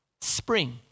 spring